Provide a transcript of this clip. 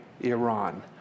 Iran